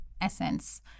essence